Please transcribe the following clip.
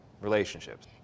relationships